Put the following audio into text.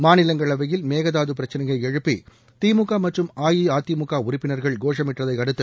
மாநிலங்களவையில் மேகதாது பிரச்சினையை எழுப்பி திமுக மற்றும் அஇஅதிமுக உறுப்பினர்கள் கோஷமிட்டதையடுத்து